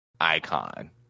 icon